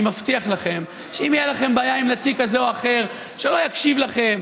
אני מבטיח לכם שאם תהיה לכם בעיה עם נציג כזה או אחר שלא יקשיב לכם,